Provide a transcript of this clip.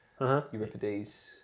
Euripides